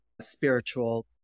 spiritual